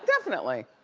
definitely.